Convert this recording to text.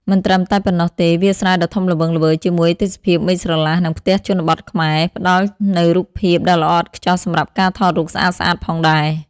មិនត្រឹមតែប៉ុណ្ណោះទេ វាលស្រែដ៏ធំល្វឹងល្វើយ ជាមួយទេសភាពមេឃស្រឡះ និងផ្ទះជនបទខ្មែរ ផ្ដល់នូវរូបភាពដ៏ល្អឥតខ្ចោះសម្រាប់ការថតរូបស្អាតៗផងដែរ ។